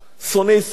שונאי ישראל.